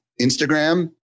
Instagram